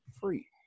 free